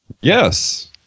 yes